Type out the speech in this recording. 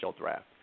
draft